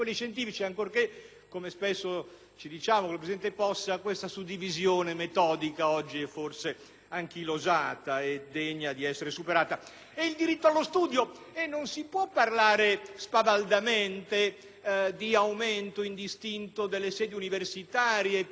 spesso con il presidente Possa - questa suddivisione metodica oggi sia forse anchilosata e degna di essere superata. Per quanto riguarda il diritto allo studio, non si può parlare spavaldamente di aumento indistinto delle sedi universitarie, piuttosto che dei corsi.